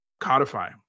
codify